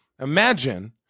Imagine